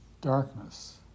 darkness